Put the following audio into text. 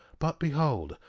but behold,